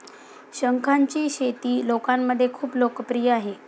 शंखांची शेती लोकांमध्ये खूप लोकप्रिय आहे